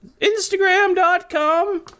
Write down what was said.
Instagram.com